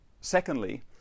secondly